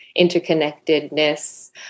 Interconnectedness